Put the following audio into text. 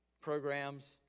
programs